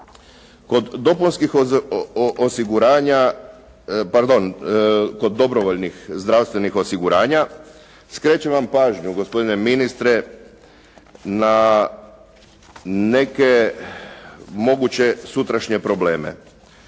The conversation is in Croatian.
kod dobrovoljnih zdravstvenih osiguranja skrećem vam pažnju gospodine ministre na neke moguće sutrašnje probleme.